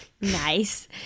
Nice